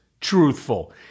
truthful